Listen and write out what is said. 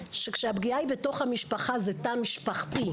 שכשהפגיעה היא בתוך המשפחה זה תא משפחתי,